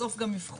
בסוף גם אבחון.